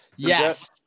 Yes